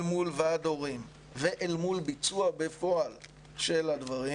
מול ועד הורים ואל מול ביצוע בפועל של הדברים